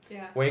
ya